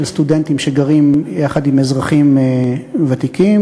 של סטודנטים שגרים יחד עם אזרחים ותיקים,